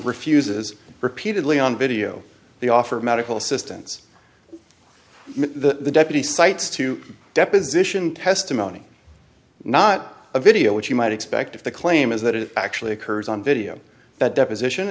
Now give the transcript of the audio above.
refuses repeatedly on video the offer of medical assistance the deputy cites to deposition testimony not a video which you might expect if the claim is that it actually occurs on video that deposition